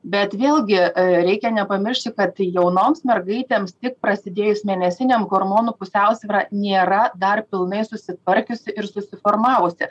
bet vėlgi reikia nepamiršti kad jaunoms mergaitėms tik prasidėjus mėnesinėm hormonų pusiausvyra nėra dar pilnai susitvarkiusi ir susiformavusi